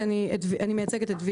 אני מייצגת את ויקטורי.